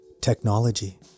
Technology